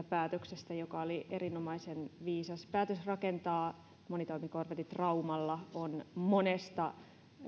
päätöksestä joka oli erinomaisen viisas päätös rakentaa monitoimikorvetit raumalla on monesta